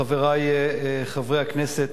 תודה רבה, חברי חברי הכנסת.